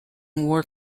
war